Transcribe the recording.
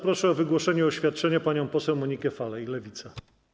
Proszę o wygłoszenie oświadczenia panią poseł Monikę Falej, Lewica.